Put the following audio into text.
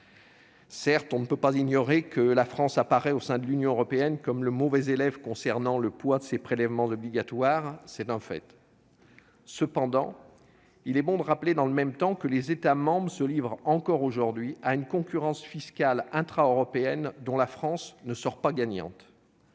Certes on ne peut ignorer que la France apparaît au sein de l'Union européenne comme le mauvais élève concernant le poids de ses prélèvements obligatoires. C'est un fait ! Cependant, il est bon de rappeler dans le même temps que les États membres se livrent encore aujourd'hui à une concurrence fiscale intra-européenne dont la France ne sort pas gagnante.